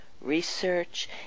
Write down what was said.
research